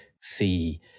see